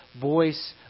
voice